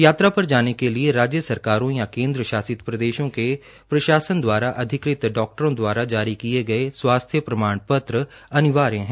यात्रा पर जाने के लिए राज्य सरकारों या केन्द्र शासित प्रदेषों के प्रषासन द्वारा अधिकृत डॉक्टरों द्वारा जारी किए गए स्वास्थ्य प्रमाण पत्र अनिवार्य हैं